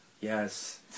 Yes